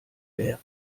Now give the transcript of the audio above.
wäre